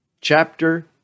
chapter